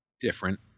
different